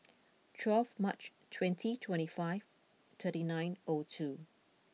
twelve March twenty twenty five thirty nine O two